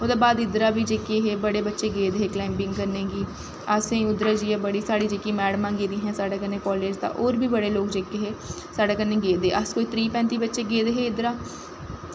ओह्दै बाद इद्धरा दा बी बड़े बच्चे हे जेह्के गेदे हे कलाईंबिंग करन असेंगी उद्धरा दा जाइयै साढ़ी जेह्की मैड़मां गेदियां हां कालेज दा होर बी बड़े सारे लोग हे साढ़ै कन्नै गेदे हे अस कोई त्रीह् पैंत्ती बच्चे गेदे हे इद्धरा दा